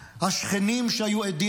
שלהם` השכנים שהיו עדים,